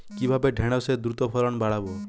কিভাবে ঢেঁড়সের দ্রুত ফলন বাড়াব?